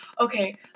okay